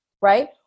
right